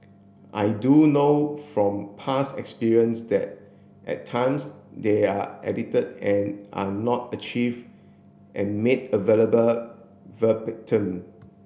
I do know from past experience that at times they are edited and are not achieved and made available verbatim